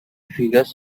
figures